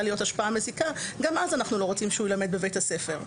להיות לה השפעה מזיקה גם אז אנחנו לא רוצים שהוא ילמד בבית הספר.